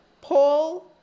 Paul